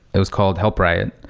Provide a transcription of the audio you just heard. it was called help riot,